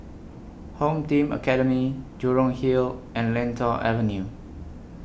Home Team Academy Jurong Hill and Lentor Avenue